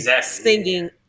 singing